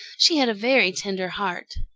she had a very tender heart.